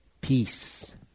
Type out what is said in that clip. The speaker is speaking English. Peace